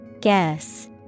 Guess